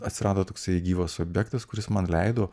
atsirado toksai gyvas objektas kuris man leido